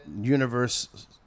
universe